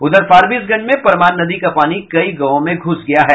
उधर फारबिसगंज में परमान नदी का पानी कई गांव में घुस गया है